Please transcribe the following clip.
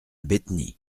bétheny